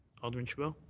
alderman chabot.